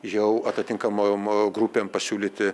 jau atitinkamomo grupėm pasiūlyti